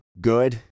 Good